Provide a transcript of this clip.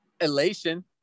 elation